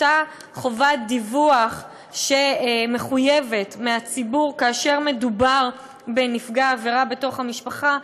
אותה חובת דיווח שמחויבת מהציבור כאשר מדובר בנפגע עבירה בתוך המשפחה,